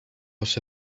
was